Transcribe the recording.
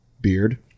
beard